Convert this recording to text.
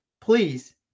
please